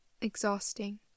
exhausting